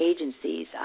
agencies